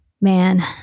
man